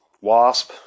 Wasp